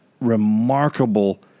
remarkable